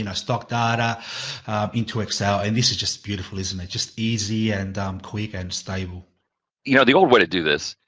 and stock data into excel and this is just beautiful, isn't it? just easy and quick and stable. bill you know, the old way to do this,